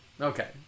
Okay